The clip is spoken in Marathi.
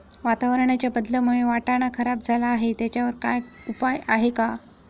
वातावरणाच्या बदलामुळे वाटाणा खराब झाला आहे त्याच्यावर काय उपाय आहे का?